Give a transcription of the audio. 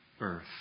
earth